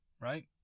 right